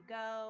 go